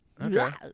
Okay